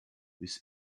with